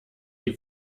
die